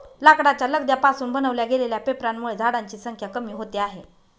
लाकडाच्या लगद्या पासून बनवल्या गेलेल्या पेपरांमुळे झाडांची संख्या कमी होते आहे